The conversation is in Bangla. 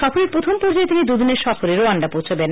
সফরের প্রথম পর্যায়ে তিনি দুদিনের সফরে রোয়ান্ডা পৌঁছবেন